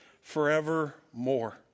forevermore